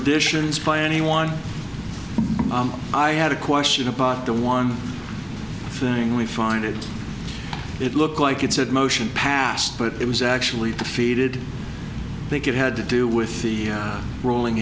additions by anyone i had a question about the one thing we find it it looked like it said motion passed but it was actually defeated think it had to do with the rolling